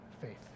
faith